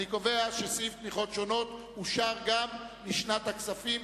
אני קובע שסעיף תמיכות שונות אושר גם לשנת הכספים